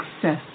success